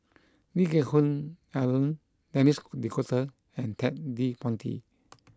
Lee Geck Hoon Ellen Denis D'Cotta and Ted De Ponti